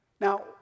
Now